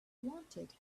wanted